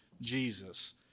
Jesus